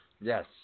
Yes